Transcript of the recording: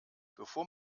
bevor